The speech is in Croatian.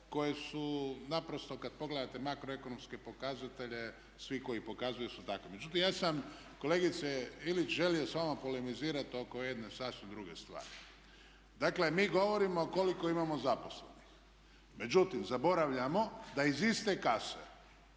koje su naprosto kad pogledate makroekonomske pokazatelje svi koji pokazuju su takvi. Međutim ja sam kolegice Ilić želio s vama polemizirati oko jedne sasvim druge stvari. Dakle, mi govorimo koliko imamo zaposlenih, međutim zaboravljamo da iz iste kase